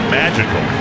magical